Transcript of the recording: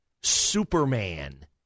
Superman